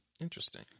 Interesting